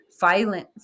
violence